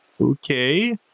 Okay